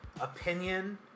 opinion